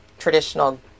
traditional